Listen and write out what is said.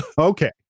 Okay